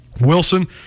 Wilson